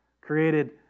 created